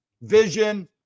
Vision